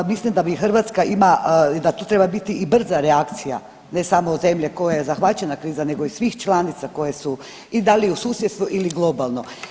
I mislim da bi Hrvatska ima i da tu treba biti i brza reakcija, ne samo zemlje koje je zahvaćena kriza nego i svih članica koje su i da li u susjedstvu ili globalno.